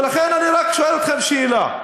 ולכן אני רק שואל אתכם שאלה.